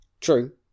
True